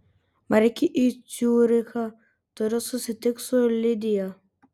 man reikia į ciurichą turiu susitikti su lidija